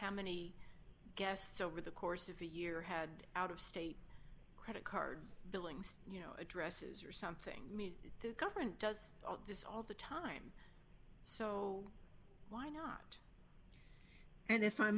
how many guests over the course of a year had out of state credit card billings you know addresses or something the government does this all the time so why not and if i